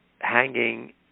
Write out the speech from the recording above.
Hanging